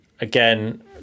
again